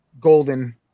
golden